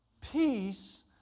peace